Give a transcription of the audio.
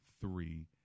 three